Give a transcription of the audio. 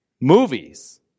Movies